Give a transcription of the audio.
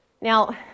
Now